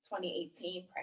2018